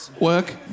Work